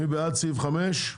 מי בעד סעיף 5?